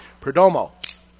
Perdomo